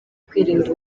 kwirinda